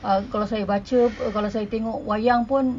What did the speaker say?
uh kalau saya baca kalau saya tengok wayang pun